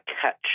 catch